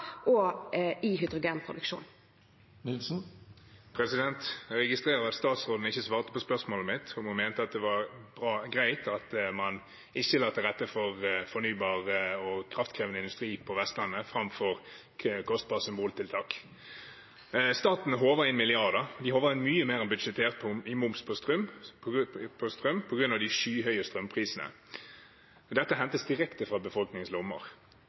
og i hydrogenproduksjonen. Jeg registrerer at statsråden ikke svarte på spørsmålet mitt og mente det var greit at man ikke la til rette for fornybar og kraftkrevende industri på Vestlandet framfor kostbare symboltiltak. Staten håver inn milliarder. Vi håver inn mye mer enn budsjettert i moms på strøm på grunn av de skyhøye strømprisene. Dette hentes direkte fra